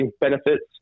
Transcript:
benefits